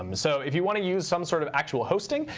um so if you want to use some sort of actual hosting,